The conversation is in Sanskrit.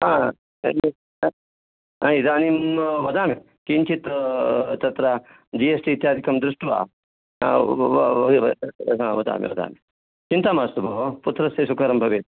ह इदानीं वदामि किञ्चित् तत्र जी एस् टी इत्यादिकं दृष्ट्वा वदामि वदामि चिन्ता मास्तु भोः पुत्रस्य सुकरं भवेत्